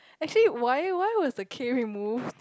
actually why why was the K removed